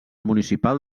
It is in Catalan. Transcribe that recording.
municipal